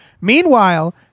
Meanwhile